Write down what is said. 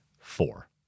four